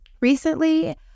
recently